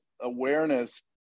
awareness